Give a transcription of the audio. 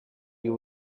you